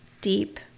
deep